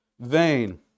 vain